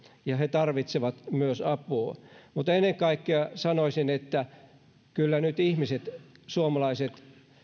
ja he tarvitsevat apua ennen kaikkea sanoisin että kyllä nyt ihmiset suomalaiset